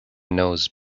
knows